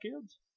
kids